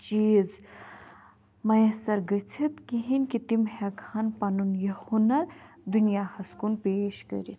چیٖز میسر گٔژھِتھ کِہیٖنۍ کہِ تِم ہیٚکہٕ ہان پَنُن یہِ ہُنَر دُنیاہَس کُن پیش کٔرِتھ